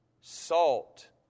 Salt